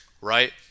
right